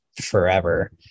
forever